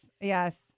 Yes